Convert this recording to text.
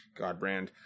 Godbrand